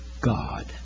God